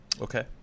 Okay